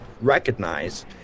recognize